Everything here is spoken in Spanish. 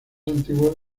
antiguos